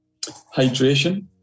hydration